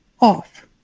off